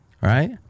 right